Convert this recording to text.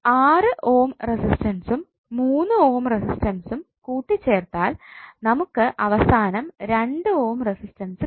6 ohm റെസിസ്റ്റൻസും 3 ohm റെസിസ്റ്റൻസും കൂട്ടി ചേർത്താൽ നമുക്ക് അവസാനം 2 ഓം റെസിസ്റ്റൻസ് കിട്ടും